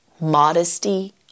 modesty